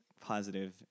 positive